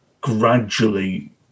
gradually